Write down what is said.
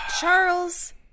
Charles